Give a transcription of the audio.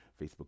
facebook